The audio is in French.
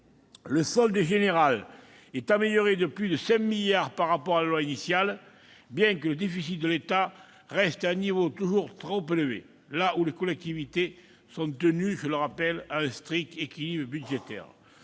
le solde général est amélioré de plus de 5 milliards d'euros par rapport au projet de loi initial, bien que le déficit de l'État reste à un niveau toujours trop élevé, alors que les collectivités territoriales sont tenues, je le rappelle, à un strict équilibre budgétaire.